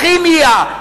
כימיה,